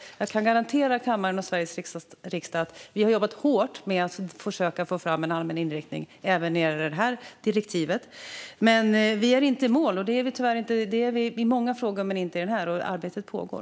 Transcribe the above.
Jag kan garantera kammaren och Sveriges riksdag att vi har jobbat hårt med att försöka få fram en allmän inriktning även när det gäller detta direktiv. Men vi är inte i mål. Vi har gått i mål med många frågor men inte med denna, och arbetet pågår.